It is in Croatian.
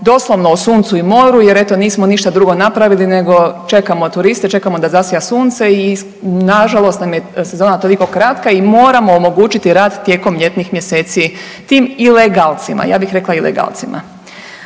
doslovno o suncu i moru jer eto nismo ništa drugo napravili nego čekamo turiste, čekamo da zasja sunce i nažalost nam je sezona toliko kratka i moramo omogućiti rad tijekom ljetnih mjeseci tim ilegalcima, ja bih rekla ilegalcima.